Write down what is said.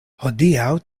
hodiaŭ